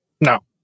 No